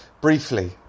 briefly